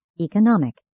economic